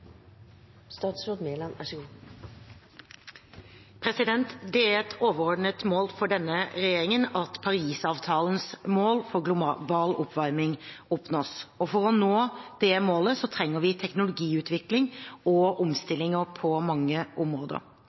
overordnet mål for denne regjeringen at Paris-avtalens mål for global oppvarming oppnås. For å nå det målet trenger vi teknologiutvikling og omstillinger på mange områder.